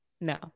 no